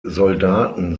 soldaten